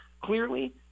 clearly